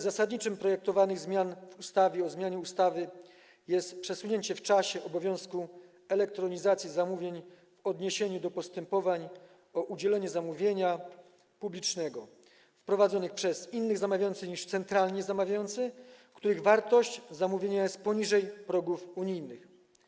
Zasadniczym celem projektowanych zmian w ustawie o zmianie ustawy jest przesunięcie w czasie obowiązku elektronizacji zamówień w odniesieniu do postępowań o udzielenie zamówienia publicznego prowadzonych przez innych zamawiających niż centralny zamawiający, w przypadku których wartość zamówienia jest poniżej progów unijnych.